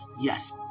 Yes